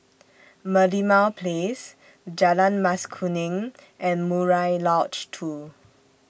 Merlimau Place Jalan Mas Kuning and Murai Lodge two